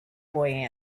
boy